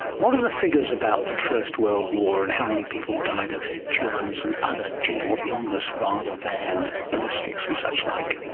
what are the figures about the first world war and how many people died of germs and other general illness rather than ballistics and suchlike?